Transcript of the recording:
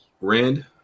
Rand